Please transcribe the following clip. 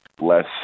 less